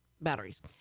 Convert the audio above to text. batteries